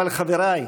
אבל, חבריי,